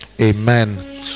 amen